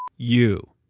you.